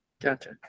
Gotcha